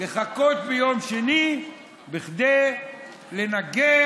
לחכות ליום שני בכדי לנגח,